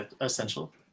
essential